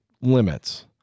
limits